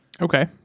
Okay